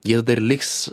jie dar liks